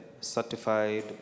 certified